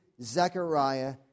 Zechariah